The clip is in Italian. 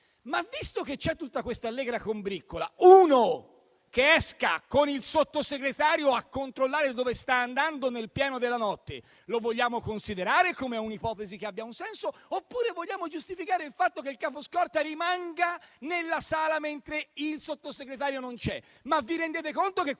ma visto che c'è tutta quella allegra combriccola, uno che esca con il Sottosegretario a controllare dove sta andando nel pieno della notte, vogliamo considerarla come un'ipotesi che abbia un senso oppure vogliamo giustificare il fatto che il capo scorta rimanga nella sala mentre il Sottosegretario non c'è?